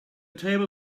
table